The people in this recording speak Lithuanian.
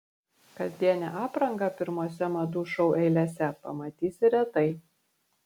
kasdienę aprangą pirmose madų šou eilėse pamatysi retai